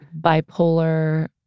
bipolar